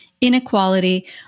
inequality